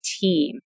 team